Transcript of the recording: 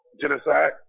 genocide